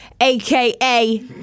aka